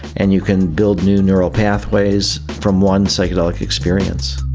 and you can build new neural pathways from one psychedelic experience.